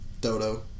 Dodo